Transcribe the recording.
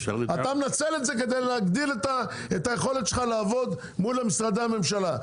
אתה מנצל את זה כדי להגדיל את היכולת שלך לעבוד מול משרדי הממשלה.